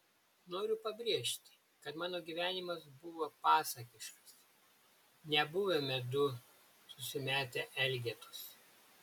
noriu pabrėžti kad mano gyvenimas buvo pasakiškas nebuvome du susimetę elgetos